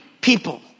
people